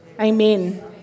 Amen